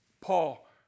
Paul